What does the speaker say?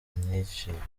myigishirize